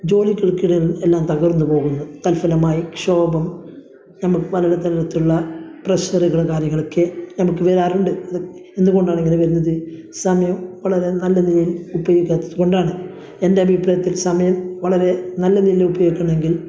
ജോലികൾക്കിടയിൽ എല്ലാം തകർന്നു പോകുന്നു തൽഫലമായി ക്ഷോപം നമുക്ക് പലവിധത്തിലുള്ള പ്രെഷറ്കൾ കാര്യങ്ങളക്കെ നമുക്ക് വരാറുണ്ട് ഇത് എന്തുകൊണ്ടാണ് ഇങ്ങനെ വരുന്നത് സമയം വളരെ നല്ല നിലയിൽ ഉപയോഗിക്കാത്തത് കൊണ്ടാണ് എൻ്റെ അഭിപ്രായത്തിൽ സമയം വളരെ നല്ല നിലയിൽ ഉപയോഗിക്കണമെങ്കിൽ